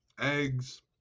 eggs